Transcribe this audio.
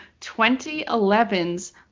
2011's